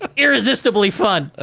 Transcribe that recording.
ah irresistibly fun.